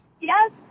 Yes